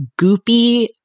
goopy